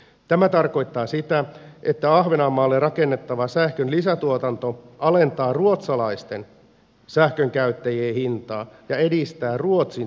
tämä tarkoittaa sitä että ahvenanmaalle rakennettava sähkön lisätuotanto alentaa ruotsalaisten sähkönkäyttäjien hintaa ja edistää ruotsin teollisuuden kilpailukykyä